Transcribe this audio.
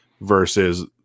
versus